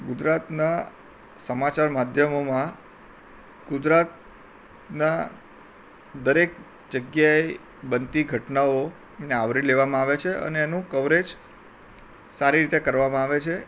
ગુજરાતનાં સમાચાર માધ્યમોમાં ગુજરાતનાં દરેક જગ્યાએ બનતી ઘટનાઓને આવરી લેવામાં આવે છે અને એનું કવરેજ સારી રીતે કરવામાં આવે છે